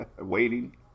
Waiting